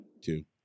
Two